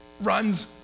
runs